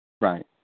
Right